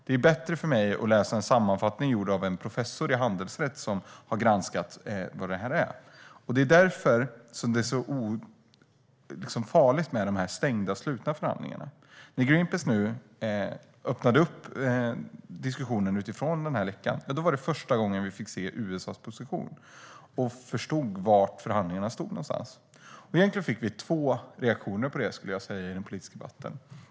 Det vore bättre för mig att läsa en sammanfattning gjord av en professor i handelsrätt som har granskat vad det är. Det är därför det är så farligt med slutna förhandlingar. När Greenpeace nu öppnade diskussionen utifrån den här läckan var det första gången vi fick se USA:s position och förstod var någonstans förhandlingarna stod. Jag skulle säga att vi fick två reaktioner på det i den politiska debatten.